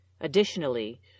Additionally